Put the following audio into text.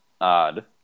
odd